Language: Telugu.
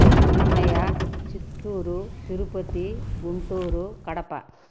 అన్నమయ్య చిత్తూరు తిరుపతి గుంటూరు కడప